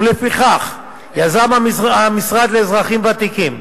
ולפיכך יזם המשרד לאזרחים ותיקים,